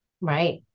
Right